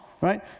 right